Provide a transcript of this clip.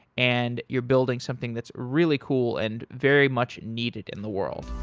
and you're building something that's really cool and very much needed in the world.